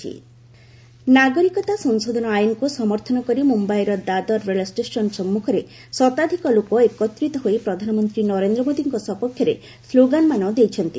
Mumbai CAA rally ନାଗରିକତା ସଂଶୋଧନ ଆଇନକୁ ସମର୍ଥନ କରି ମୁମ୍ବାଇର ଦଦର ରେଳଷ୍ଟେସନ୍ ସମ୍ମୁଖରେ ଶତାଧିକ ଲୋକ ଏକତ୍ରିତ ହୋଇ ପ୍ରଧାନମନ୍ତ୍ରୀ ନରେନ୍ଦ୍ର ମୋଦିଙ୍କ ସପକ୍ଷରେ ସ୍କୋଗାନମାନ ଦେଇଛନ୍ତି